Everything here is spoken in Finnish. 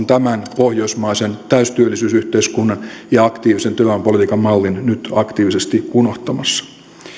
tämän pohjoismaisen täystyöllisyysyhteiskunnan ja aktiivisen työvoimapolitiikan mallin nyt aktiivisesti unohtamassa